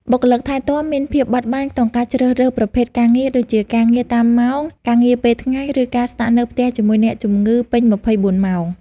បុគ្គលិកថែទាំមានភាពបត់បែនក្នុងការជ្រើសរើសប្រភេទការងារ ដូចជាការងារតាមម៉ោង ការងារពេលថ្ងៃ ឬការស្នាក់នៅផ្ទះជាមួយអ្នកជំងឺពេញ ២៤ ម៉ោង។